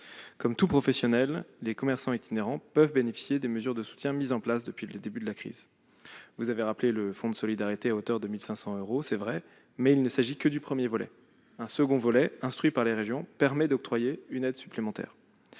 Comme tous les professionnels, les commerçants itinérants peuvent bénéficier des mesures de soutien mises en place depuis le début de la crise. Comme vous l'avez rappelé, ils peuvent bénéficier du fonds de solidarité à hauteur de 1 500 euros, mais il ne s'agit que du premier volet. Un second volet, instruit par les régions, permet d'octroyer une aide supplémentaire.